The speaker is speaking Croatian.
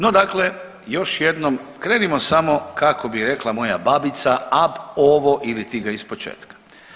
No, dakle još jednom krenimo samo kako bi rekla moja babica ab ovo ili ti ga iz početka.